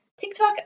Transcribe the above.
TikTok